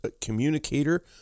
communicator